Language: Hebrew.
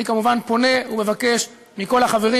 אני כמובן פונה ומבקש מכל החברים,